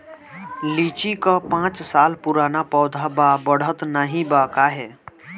लीची क पांच साल पुराना पौधा बा बढ़त नाहीं बा काहे?